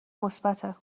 مثبته